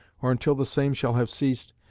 or until the same shall have ceased,